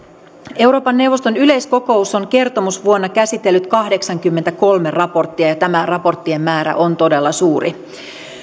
euroopan neuvoston yleiskokous on kertomusvuonna käsitellyt kahdeksankymmentäkolme raporttia ja tämä raporttien määrä on todella suuri